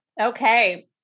Okay